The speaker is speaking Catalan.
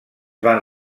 van